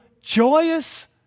joyous